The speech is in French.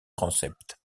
transept